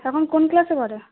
এখন কোন ক্লাসে পড়ে